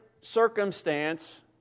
circumstance